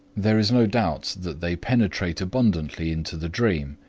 there is no doubt that they penetrate abundantly into the dream,